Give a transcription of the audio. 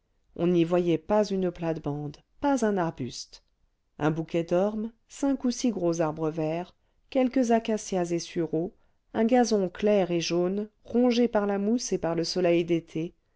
on n'y voyait pas une plate-bande pas un arbuste un bouquet d'ormes cinq ou six gros arbres verts quelques acacias et sureaux un gazon clair et jaune rongé par la mousse et par le soleil d'été